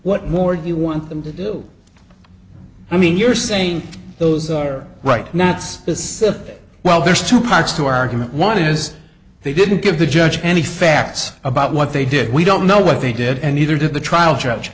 what more do you want them to do i mean you're saying those are right now it's a simple well there's two parts to argument one is they didn't give the judge any facts about what they did we don't know what they did and neither did the trial judge